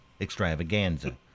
extravaganza